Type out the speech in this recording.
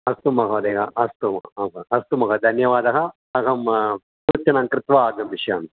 अस्तु महोदय अस्तु हा अस्तु महोदय धन्यवादः अहं सूचनां कृत्वा आगमिष्यामि